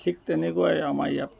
ঠিক তেনেকুৱাই আমাৰ ইয়াত